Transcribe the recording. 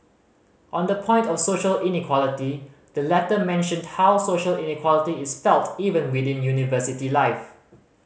on the point of social inequality the letter mentioned how social inequality is felt even within university life